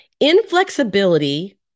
Inflexibility